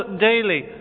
daily